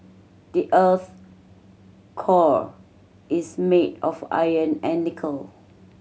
the earth's core is made of iron and nickel